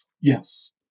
Yes